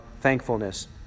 thankfulness